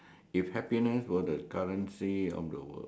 if happiness were the currency of the world